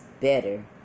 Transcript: better